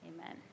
Amen